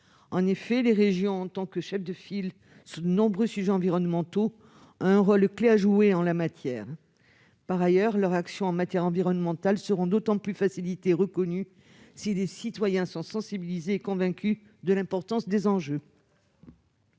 En effet, les régions, en tant que chefs de file sur de nombreux sujets environnementaux, ont un rôle clé à jouer en la matière. Par ailleurs, leurs actions en matière environnementale seront d'autant plus facilitées et reconnues que les citoyens sont sensibilisés et convaincus de l'importance des enjeux.